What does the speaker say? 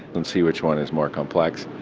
and see which one is more complex.